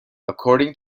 according